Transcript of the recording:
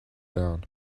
down